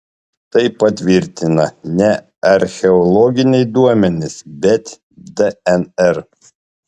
tai patvirtina ne archeologiniai duomenys bet dnr